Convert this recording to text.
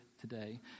today